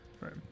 Right